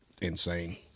insane